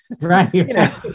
Right